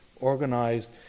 organized